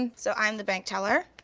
and so i'm the bank teller.